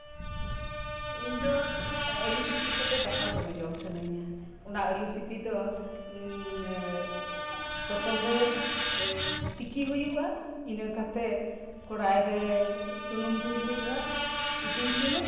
ᱤᱧ ᱫᱤ ᱟᱹᱞᱩ ᱥᱤᱯᱤ ᱥᱟᱶᱛᱮ ᱫᱟᱠᱟ ᱫᱚᱢᱮ ᱡᱚᱢ ᱥᱟᱱᱟᱧᱟ ᱚᱱᱟ ᱟᱹᱞᱩ ᱥᱤᱯᱤ ᱫᱚ ᱯᱨᱚᱛᱷᱚᱢ ᱨᱮ ᱛᱤᱠᱤ ᱦᱩᱭᱩᱜᱼᱟ ᱤᱱᱟᱹ ᱠᱟᱛᱮ ᱠᱚᱲᱟᱭ ᱨᱮ ᱥᱩᱱᱩᱢ ᱫᱩᱞ ᱦᱩᱭᱩᱜᱼᱟ ᱩᱛᱤᱝ ᱥᱩᱱᱩᱢ